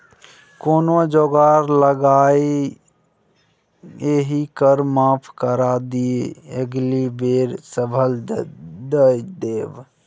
कोनो जोगार लगाकए एहि कर माफ करा दिअ अगिला बेर सभ दए देब